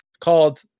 called